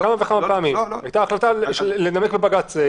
הייתה החלטה לנמק בבג"ץ.